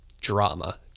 drama